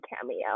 cameo